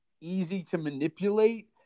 easy-to-manipulate